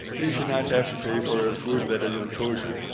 he should not have to pay for food that isn't kosher.